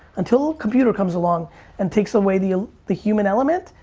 until a computer comes along and takes away the the human element,